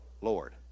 Lord